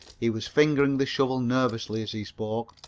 he was fingering the shovel nervously as he spoke.